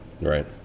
Right